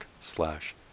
slash